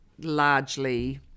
largely